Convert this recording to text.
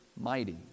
mighty